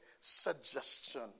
suggestion